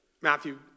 Matthew